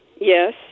Yes